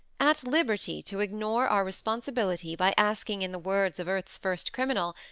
at liberty to ignore our responsibility by asking in the words of earth's first criminal,